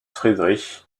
friedrich